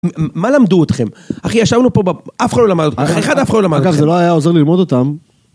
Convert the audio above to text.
מה למדו אתכם? אחי, ישבנו פה, אף אחד לא למד, אף אחד אף אחד לא למד. אגב, זה לא היה עוזר ללמוד אותם.